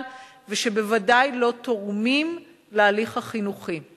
ובוודאי לא תורמים להליך החינוכי.